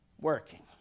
working